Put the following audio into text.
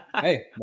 Hey